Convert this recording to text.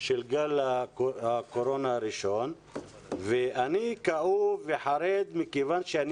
של גל הקורונה הראשון ואני כאוב וחרד מכיוון שאני